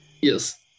Yes